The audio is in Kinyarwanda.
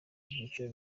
byiciro